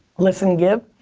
listen give.